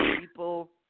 people –